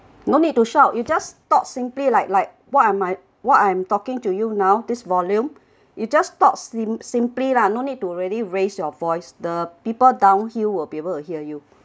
no need to shout you just talk simply like like what am I what I'm talking to you now this volume you just talk sim~ simply lah no need to really raised your voice the people downhill will be able to hear you